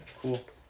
cool